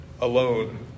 alone